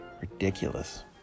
Ridiculous